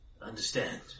Understand